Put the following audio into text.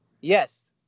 Yes